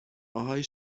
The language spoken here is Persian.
آهای